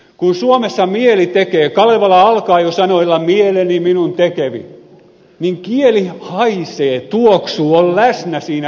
kun suomessa mieli tekee kalevala alkaa jo sanoilla mieleni minun tekevi niin kieli haisee tuoksuu on läsnä siinä ilmaisussa